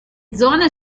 zone